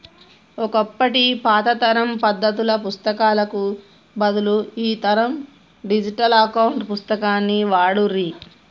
ఒకప్పటి పాత తరం పద్దుల పుస్తకాలకు బదులు ఈ తరం డిజిటల్ అకౌంట్ పుస్తకాన్ని వాడుర్రి